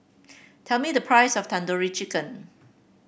tell me the price of Tandoori Chicken